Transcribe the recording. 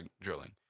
drilling